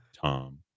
Tom